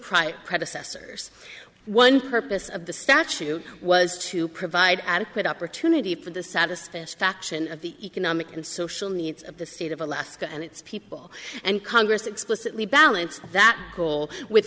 private predecessors one purpose of the statute was to provide adequate opportunity for the satisfy faction of the economic and social needs of the state of alaska and its people and congress explicitly balance that goal with